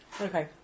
Okay